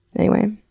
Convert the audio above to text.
anyway.